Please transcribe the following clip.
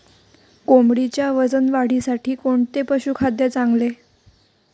कोंबडीच्या वजन वाढीसाठी कोणते पशुखाद्य चांगले?